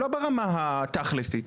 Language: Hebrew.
לא ברמה התכלסית,